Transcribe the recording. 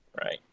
Right